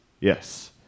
Yes